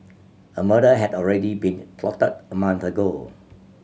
a murder had already been plotted a month ago